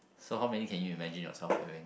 so how many can you imagine yourself having